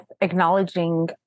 acknowledging